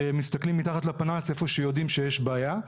ומסתכלים מתחת לפנס איפה שיודעים שיש בעיה,